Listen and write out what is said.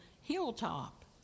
hilltop